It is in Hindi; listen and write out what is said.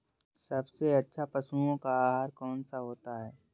सबसे अच्छा पशुओं का आहार कौन सा होता है?